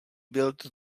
build